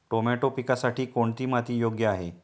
Tomato पिकासाठी कोणती माती योग्य आहे?